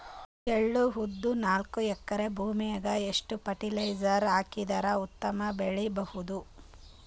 ಎಳ್ಳು, ಉದ್ದ ನಾಲ್ಕಎಕರೆ ಭೂಮಿಗ ಎಷ್ಟ ಫರಟಿಲೈಜರ ಹಾಕಿದರ ಉತ್ತಮ ಬೆಳಿ ಬಹುದು?